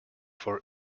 for